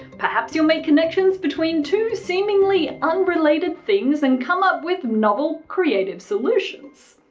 perhaps you'll make connections between two seemingly unrelated things and come up with novel, creative solutions.